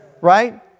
Right